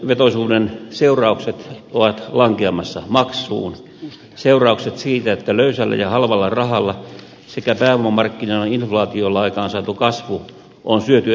velkavetoisuuden seuraukset ovat lankeamassa maksuun seuraukset siitä että löysällä ja halvalla rahalla sekä pääomamarkkinoiden inflaatiolla aikaansaatu kasvu on syöty ennakolta